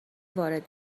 وارد